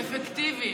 אפקטיביים.